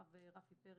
הרב רפי פרץ,